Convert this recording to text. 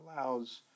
allows